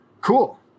Cool